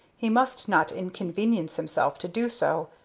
he must not inconvenience himself to do so,